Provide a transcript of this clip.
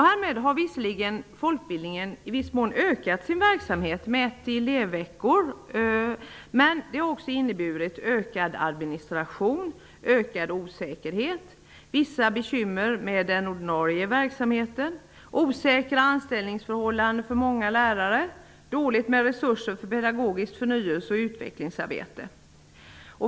Därmed har visserligen folkbildningen ökat sin verksamhet, mätt i elevveckor, men det har också inneburit ökad administration, ökad osäkerhet, vissa bekymmer med den ordinarie verksamheten, osäkra anställningsförhållanden för många lärare och dåligt med resurser för pedagogiskt förnyelseoch utvecklingsarbete.